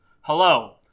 Hello